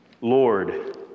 Lord